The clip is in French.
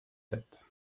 sept